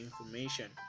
information